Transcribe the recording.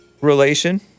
relation